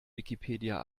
wikipedia